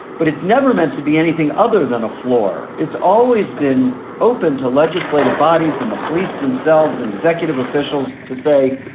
but it's never meant to be anything other than a flaw. it's always been open to legislative bodies and the police themselves and executive officials to say,